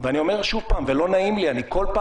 אני חושבת שכרגע,